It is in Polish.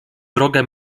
drogę